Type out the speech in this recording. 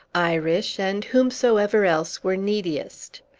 irish, and whomsoever else were neediest.